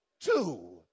two